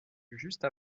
juste